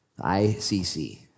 ICC